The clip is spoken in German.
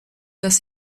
das